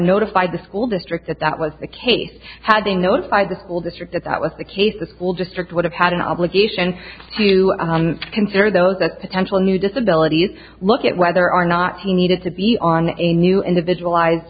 notified the school district that that was the case had been notified the school district that that was the case the school district would have had an obligation to consider those that potential new disabilities look at whether or not he needed to be on a new individualized